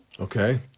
Okay